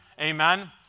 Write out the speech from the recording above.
Amen